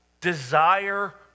desire